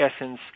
essence